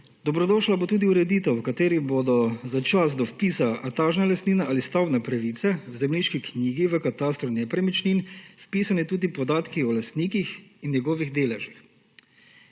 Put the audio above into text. Dobrodošla bo tudi ureditev, v kateri bodo za čas do vpisa etažne lastnine ali stavbne pravice v zemljiški knjigi v katastru nepremičnin vpisani tudi podatki o lastnikih in njihovih deležih.